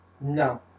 No